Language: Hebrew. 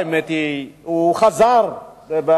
האמת היא שהוא חזר מהחלטתו,